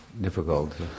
difficult